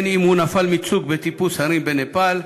או שנפל מצוק בטיפוס הרים בנפאל,